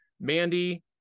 mandy